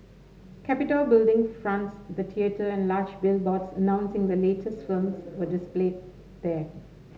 Capitol Building fronts the theatre and large billboards announcing the latest films were displayed there